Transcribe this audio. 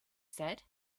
said